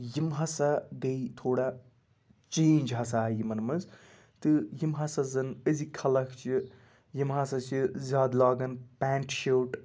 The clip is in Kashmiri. یِم ہسا گٔیہِ تھوڑا چینٛج ہسا آیہِ یِمَن منٛز تہٕ یِم ہسا زَن أزِکۍ خلق چھِ یِم ہسا چھِ زیادٕ لاگن پینٛٹ شٲٹ